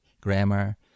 grammar